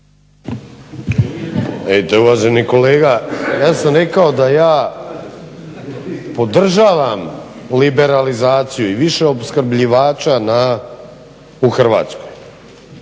Vidite uvaženi kolega, ja sam rekao da ja podržavam liberalizaciju i više opskrbljivača u Hrvatskoj.